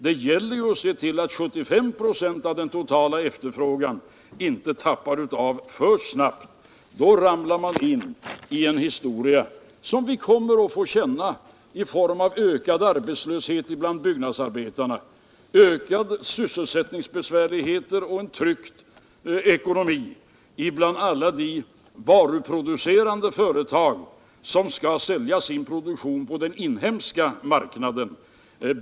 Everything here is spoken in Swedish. Det gäller ju att se till att dessa 75 926 av den totala efterfrågan inte förlorar sin köpkraft alltför snabbt. I så fall får vi följder i form av höjd arbetslöshet bland byggnadsarbetarna, ökade sysselsättningsbesvärligheter och ett tryckt ekonomiskt läge för alla de varuproducerande företag som skall sälja sin produktion på den inhemska marknaden.